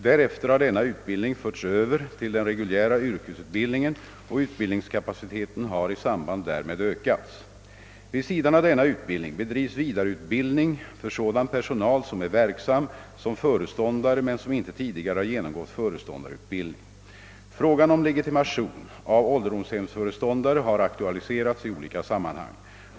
Därefter har denna utbildning förts över till den reguljära yrkesutbildningen och utbildningskapaciteten har i samband därmed ökats. Vid sidan av denna utbildning bedrivs vidareutbildning för sådan personal som är verksam som föreståndare men som inte tidigare har genomgått föreståndarutbildning. Frågan om legitimation av ålderdomshemsföreståndare har aktualiserats i olika sammanhang.